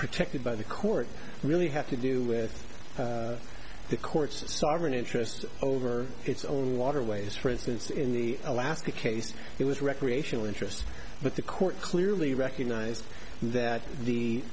protected by the court really have to do with the courts a sovereign interest over its own waterways for instance in the alaska case it was recreational interest but the court clearly recognized that the